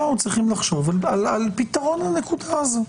עכשיו אנחנו צריכים לחשוב על פתרון לנקודה הזאת.